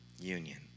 union